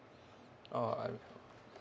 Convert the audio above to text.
oh I